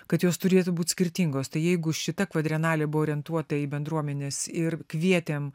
kad jos turėtų būt skirtingos tai jeigu šita kvadrenalė buvo orientuota į bendruomenes ir kvietėm